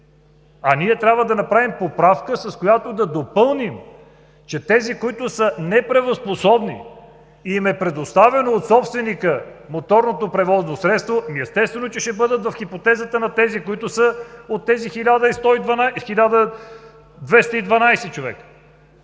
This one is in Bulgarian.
а ние трябва да направим поправка, с която да допълним, че тези, които са неправоспособни и им е предоставено от собственика моторното превозно средство, естествено, че ще бъдат в хипотезата на тези, които са от 1212-те човека.